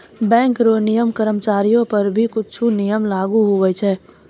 bank रो नियम कर्मचारीयो पर भी कुछु नियम लागू हुवै छै